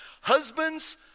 husbands